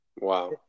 Wow